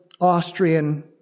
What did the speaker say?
Austrian